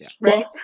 Right